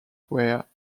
were